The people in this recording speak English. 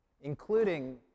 including